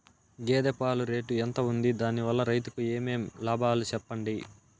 గేదె పాలు రేటు ఎంత వుంది? దాని వల్ల రైతుకు ఏమేం లాభాలు సెప్పండి?